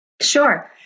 Sure